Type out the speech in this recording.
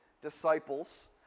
disciples